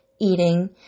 eating